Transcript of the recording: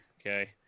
Okay